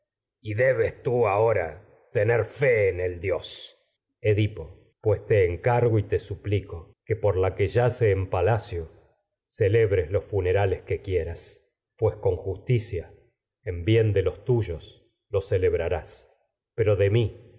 y tú ahora tener fe en el dios edipo pues encargo y te suplico que por la que yace en palacio celebres los funerales que quieras pues tragedias de sófocles con justicia no en bien jamás de los tuyos los celebrarás pero de mi